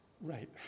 Right